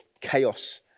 chaos